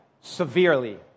severely